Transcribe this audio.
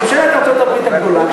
ממשלת ארצות-הברית הגדולה,